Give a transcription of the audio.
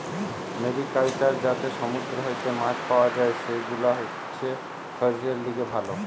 mariculture যাতে সমুদ্র হইতে মাছ পাওয়া যাই, সেগুলা হতিছে শরীরের লিগে ভালো